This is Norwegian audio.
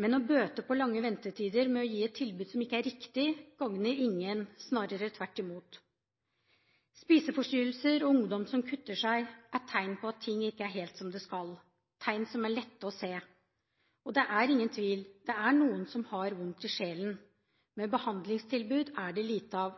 Men å bøte på lange ventetider med å gi et tilbud som ikke er riktig, gagner ingen, snarere tvert imot. Spiseforstyrrelser og ungdom som kutter seg, er tegn på at ting ikke er helt som det skal, tegn som er lette å se. Det er ingen tvil, det er noen som har vondt i sjelen. Men behandlingstilbud er det lite av,